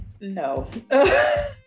no